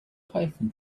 python